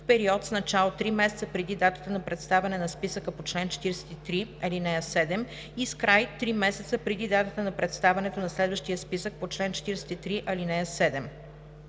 в период с начало три месеца преди датата на представяне на списъка по чл. 43, ал. 7 и с край три месеца преди датата на представянето на следващия списък по чл. 43, ал.